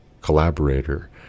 collaborator